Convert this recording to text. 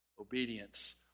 Obedience